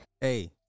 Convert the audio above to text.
Hey